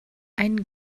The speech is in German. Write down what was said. ein